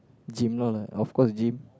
gym all ah of course gym